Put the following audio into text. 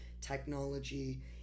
technology